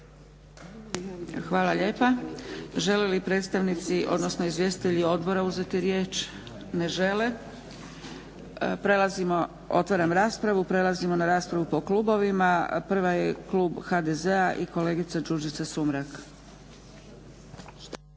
Hvala lijepa. Žele li predstavnici odnosno izvjestitelji odbora uzeti riječ? Ne žele. Otvaram raspravu. Prelazimo na raspravu po klubovima. Prvi je klub HDZ-a i kolegica Đurđica Sumrak.